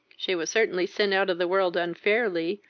she was certainly sent out of the world unfairly,